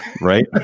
right